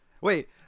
wait